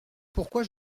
pourquoi